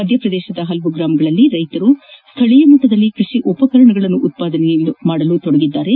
ಮಧ್ಯಪ್ರದೇಶದ ಹಲವು ಗ್ರಾಮಗಳಲ್ಲಿ ರೈತರು ಸ್ಥಳೀಯ ಮಟ್ಟದಲ್ಲಿ ಕ್ವಡಿ ಉಪಕರಣಗಳನ್ನು ಉತ್ಪಾದಿಸಲು ತೊಡಗಿದ್ದಾರೆ